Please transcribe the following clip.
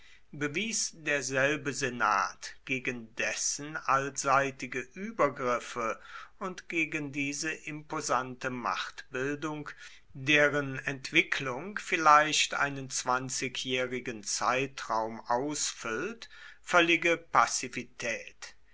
bewies derselbe senat gegen dessen allseitige übergriffe und gegen diese imposante machtbildung deren entwicklung vielleicht einen zwanzigjährigen zeitraum ausfüllt völlige passivität